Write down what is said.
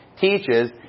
teaches